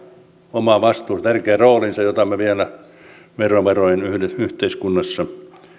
oma vastuunsa tärkeä roolinsa jota me vielä verovaroin yhteiskunnassa